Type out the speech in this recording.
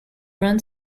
run